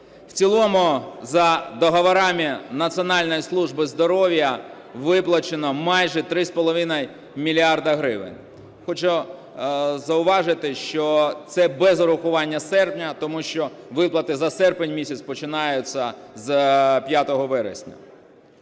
В цілому за договорами Національної служби здоров'я виплачено майже 3,5 мільярда гривень. Хочу зауважити, що це без урахування серпня, тому що виплати за серпень місяць починаються з 5 вересня.